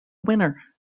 winner